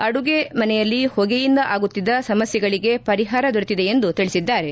ಅಡುಗೆ ಮನೆಯಲ್ಲಿ ಹೊಗೆಯಿಂದ ಆಗುತ್ತಿದ್ದ ಸಮಸ್ಥೆಗಳಿಗೆ ಪರಿಹಾರ ದೊರೆತಿದೆ ಎಂದು ತಿಳಿಸಿದ್ದಾರೆ